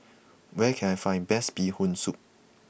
where can I find best Bee Hoon Soup